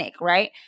right